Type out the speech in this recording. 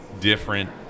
different